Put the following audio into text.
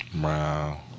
Wow